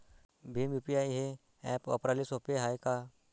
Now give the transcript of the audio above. Bhim UPI हे app वापराले सोपे हाय का?